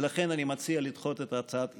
ולכן אני מציע לדחות את הצעת האי-אמון,